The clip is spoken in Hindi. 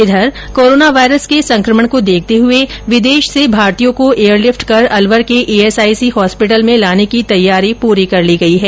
इधर कोरोना वायरस के संकमण को देखते हुए विदेश से भारतीयों को एयरलिफ्ट कर अलवर के ईएसआईसी हॉस्पिटल में लाने की तैयारी पूरी कर ली गई है